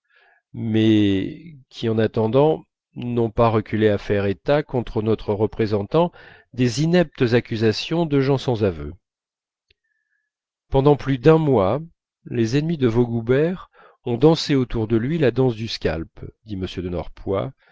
mais qui en attendant n'ont pas reculé à faire état contre notre représentant des ineptes accusations de gens sans aveu pendant plus d'un mois les amis de vaugoubert ont dansé autour de lui la danse du scalp dit